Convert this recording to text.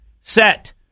set